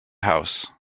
house